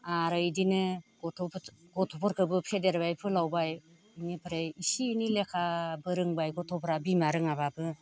आरो बिदिनो गथ' गथ'फोरखौबो फेदेरबाय फोलावबाय बेनिफ्राय इसे एनै लेखा फोरोंबाय गथ'फ्रा बिमा रोङाबाबो